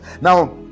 Now